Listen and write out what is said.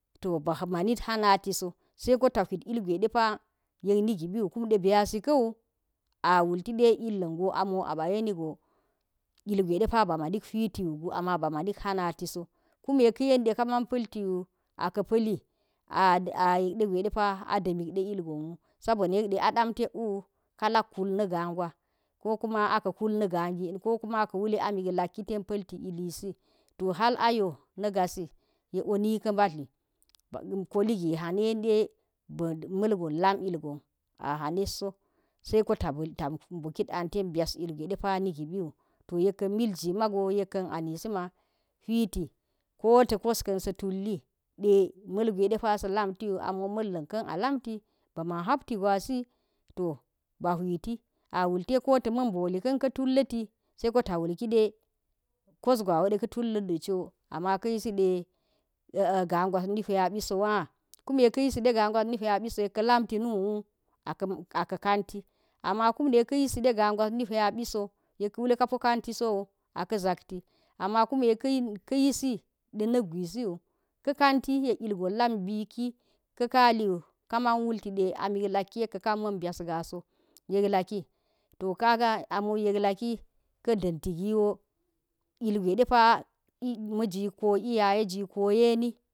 To ba manit hanatiso sai ko ta hwit ilgwe depa nigibiwu biyasi kwu a wilti de i lango amo aba yeni go ilgwe depa bama hweiti wuk gu amma ba manik hati so, kunu ka̱ yeri de kanaa pa̱l tiwo a ka pa̱li, a yek dege de pa a ɗamik de ilgowa wu, sa bon a yek de a day tek wu ka lak kul na̱ nga gwa kokuma a kul na̱ ga gini ka kuma uku wule a mik lak tem palfi ilisito hal ayo na gasi yekwo ni ka mbatli koligi ha de, ba̱ mal gon lam ilgon a hanet so sai ko ta mbokit an ten byas ilgwe dep ani gibi wu, to yeka̱n mil gi ma ko ta̱ kos kan sa tulli depa sa lamti amo mal lank am a lamti ba man hapti gwasito ba hwiti a wul tiɗe kos gwa wu de ka tullat go ama ka yisi de nga gwasni huwa bi so wah kume ka yiside gagwas ni huwabi so yek ka lam ti mii hu a ka kanti am ka yisi de ngagwasa ni inwabiso yak ka̱ wu le ka po kan ti so we aka zak ti ka̱ yisi de nak gwisi wo ka̱ kanti yek ilgon lak mbiki kama wutidde amik laki yek ka kan mbas ga so, yek cak ka danti giwo ilgwe depu majii ko iyaye koyeni